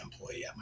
employee